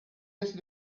est